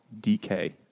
DK